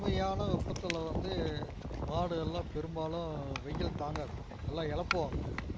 கடுமையான வெப்பத்தில் வந்து மாடுகள்லாம் பெரும்பாலும் வெயில் தாங்காது நல்லா இளப்பு வாங்கும்